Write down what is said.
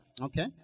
Okay